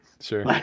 Sure